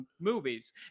movies